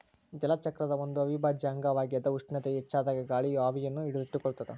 ಜಲಚಕ್ರದ ಒಂದು ಅವಿಭಾಜ್ಯ ಅಂಗವಾಗ್ಯದ ಉಷ್ಣತೆಯು ಹೆಚ್ಚಾದಾಗ ಗಾಳಿಯು ಆವಿಯನ್ನು ಹಿಡಿದಿಟ್ಟುಕೊಳ್ಳುತ್ತದ